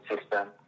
system